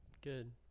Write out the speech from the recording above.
good